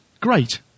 Great